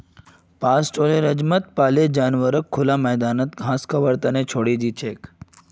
पास्टोरैलिज्मत पाले जानवरक खुला मैदानत घास खबार त न छोरे दी छेक